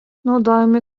naudojami